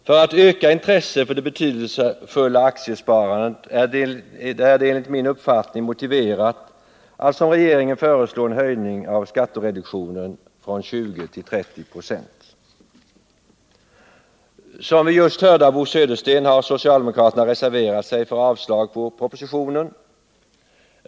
För att öka intresset för det betydelsefulla aktiesparandet är det enligt min uppfattning motiverat att, som regeringen nu gör, föreslå en höjning av skattereduktionen från 20 till 30 96. Som vi just hörde av Bo Södersten har socialdemokraterna reserverat sig och yrkar avslag på propositionen.